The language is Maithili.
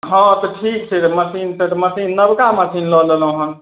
हँ तऽ ठीक छै तऽ मशीन तऽ मशीन नवका मशीन लऽ लेलहुँ हँ